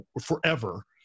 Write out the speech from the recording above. forever